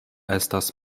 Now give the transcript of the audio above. estas